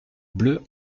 bleu